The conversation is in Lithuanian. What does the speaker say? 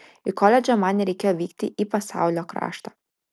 į koledžą man nereikėjo vykti į pasaulio kraštą